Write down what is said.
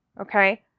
okay